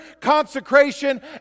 consecration